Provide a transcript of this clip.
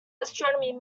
astronomy